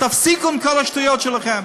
תפסיקו עם כל השטויות שלכם.